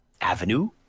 avenue